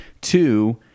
Two